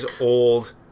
old